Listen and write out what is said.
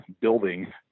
building